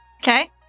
Okay